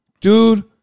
dude